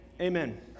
Amen